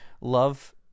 love